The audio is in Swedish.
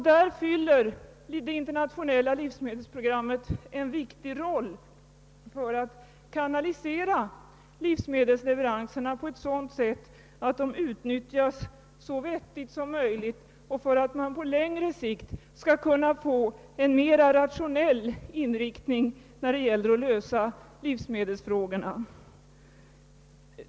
Där fyller det internationella livsmedelsprogrammet en viktig uppgift för att kanalisera livsmedelsleveranserna på ett sådant sätt, att de utnyttjas så vettigt som möjligt och möjligheter skapas på längre sikt för en mera rationell inriktning när det gäller att lösa livsmedelsfrågorna.